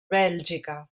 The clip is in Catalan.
bèlgica